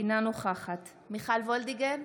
אינה נוכחת מיכל וולדיגר,